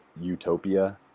utopia